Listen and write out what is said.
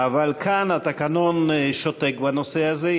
אבל כאן התקנון שותק בנושא הזה.